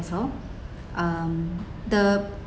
~cil um the